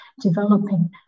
developing